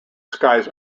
skies